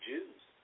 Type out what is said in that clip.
Jews